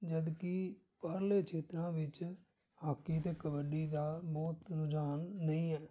ਜਦੋਂ ਕਿ ਬਾਹਰਲੇ ਛੇਤਰ੍ਹਾਂ ਵਿੱਚ ਹਾਕੀ ਅਤੇ ਕਬੱਡੀ ਦਾ ਬਹੁਤ ਰੁਝਾਨ ਨਹੀਂ ਹੈ